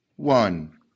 One